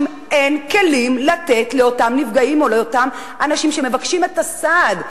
אין כלים לתת לאותם נפגעים או לאותם אנשים שמבקשים את הסעד,